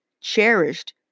cherished